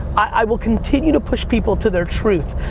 i will continue to push people to their truth.